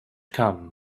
come